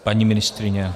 Paní ministryně?